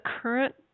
current